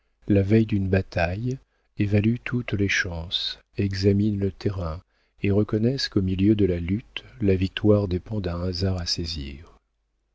la veille d'une bataille évaluent toutes les chances examinent le terrain et reconnaissent qu'au milieu de la lutte la victoire dépend d'un hasard à saisir